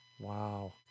Wow